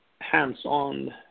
hands-on